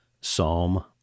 Psalm